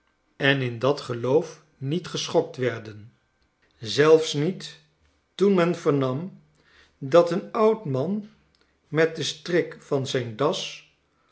en in dat geloof niet g ohokm erden zelfs niet toen men enwm dat een oud man met sirlk zijn das